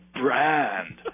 brand